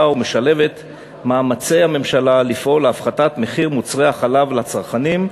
ומשתלבת במאמצי הממשלה לפעול להפחתת מחיר מוצרי החלב לצרכנים.